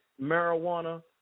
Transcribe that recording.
marijuana